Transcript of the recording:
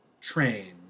train